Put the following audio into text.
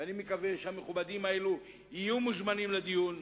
ואני מקווה שהמכובדים האלה יוזמנו לדיון,